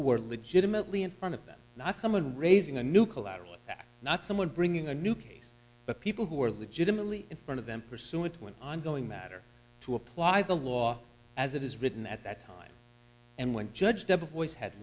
are legitimately in front of them not someone raising a new collateral not someone bringing a new case but people who are legitimately in front of them pursue it when ongoing matter to apply the law as it is written at that time and when judge